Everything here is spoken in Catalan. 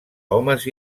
homes